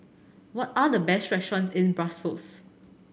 what are the best restaurants in Brussels